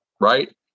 right